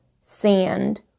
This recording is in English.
sand